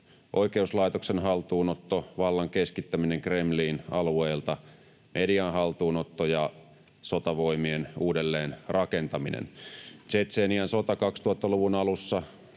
oikeuslaitoksen haltuunotto, vallan keskittäminen alueilta Kremliin, median haltuunotto ja sotavoimien uudelleen rakentaminen. Tšetšenian sota 2000-luvun alussa,